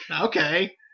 Okay